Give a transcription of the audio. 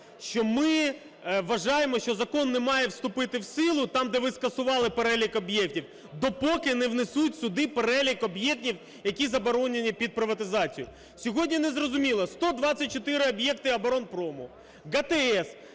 що ми вважаємо, що закон не має вступити в силу там, де ви скасували перелік об'єктів, допоки не внесуть сюди перелік об'єктів, які заборонені під приватизацію. Сьогодні незрозуміло, 124 об'єкти "Оборонпрому", ГТС